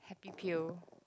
happy pill